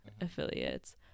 affiliates